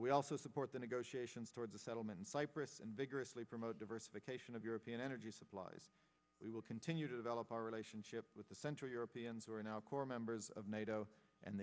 we also support the negotiations toward the settlement cyprus and vigorously promote diversification of european energy supplies we will continue to develop our relationship with the central europeans who are now core members of nato and